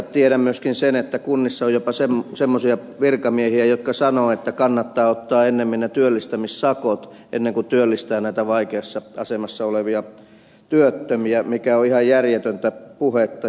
tiedän myöskin sen että kunnissa on jopa semmoisia virkamiehiä jotka sanovat että kannattaa ottaa ennemmin ne työllistämissakot kuin työllistää näitä vaikeassa asemassa olevia työttömiä mikä on ihan järjetöntä puhetta